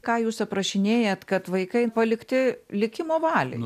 ką jūs aprašinėjat kad vaikai palikti likimo valiai